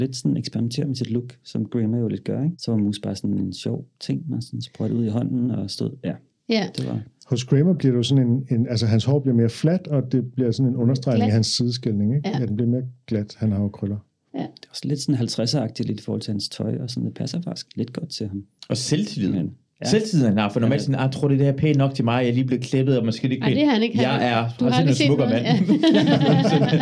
lidt sådan eksperimenterende med sit look, som Kramer jo lidt gør, ikke? Så var mousse bare sådan en sjov ting, man sådan sprøjtede ud i hånden og stod- ja. Ja. Det var- Hos Kramer bliver det jo sådan en- en- altså, hans hår bliver mere fladt, og det bliver sådan en understregning af Glat. hans sideskildning, ikke? Ja. Ja, den bliver mere glat, han har jo krøller. Ja. Det er også lidt sådan 50'er-agtigt i forhold til hans tøj, og sådan, det passer faktisk lidt godt til ham. Og selvtilliden. Men, ja. Selvtilliden, han har, for normalt Ja. sådan, "Ah, tror du, det er pænt nok til mig? Jeg er lige blevet klippet, og måske lidt Ej, pæn." det er han ikke. Han- Jeg er- Du og så har er han aldrig en set smukker noget. mand. Ja.